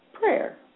prayer